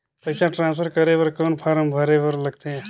पईसा ट्रांसफर करे बर कौन फारम भरे बर लगथे?